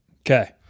Okay